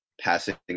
passing